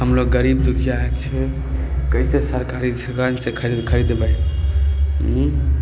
हमलोग गरीब दुखिया छियै कैसे सरकारी दोकान से खरीद खरीदबै